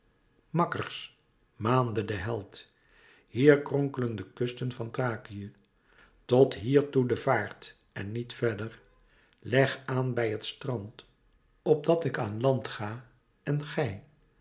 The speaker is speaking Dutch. makkers maande de held hier kronkelen de kusten van thrakië tot hier toe de vaart en niet verder legt aan bij het strand opdat ik aan land ga en gij